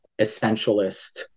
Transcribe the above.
essentialist